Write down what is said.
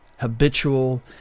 habitual